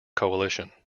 coalition